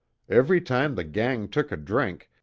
every time the gang took a drink,